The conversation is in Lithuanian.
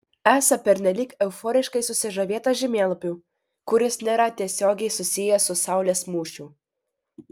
esą pernelyg euforiškai susižavėta žemėlapiu kuris nėra tiesiogiai susijęs su saulės mūšiu